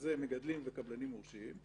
שזה מגדלים וקבלנים מורשים.